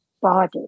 body